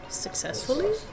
Successfully